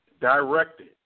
directed